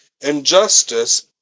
injustice